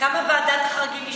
לכמה מהם ועדת חריגים אישרה,